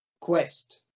quest